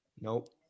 Nope